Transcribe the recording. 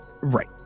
right